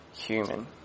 human